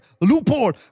loophole